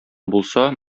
булса